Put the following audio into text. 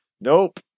Nope